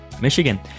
Michigan